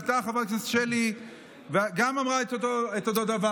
עלתה חברת הכנסת שלי וגם אמרה את אותו דבר.